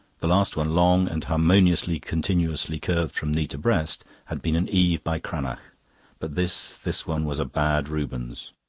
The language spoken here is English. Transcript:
the last one, long and harmoniously, continuously curved from knee to breast, had been an eve by cranach but this, this one was a bad rubens.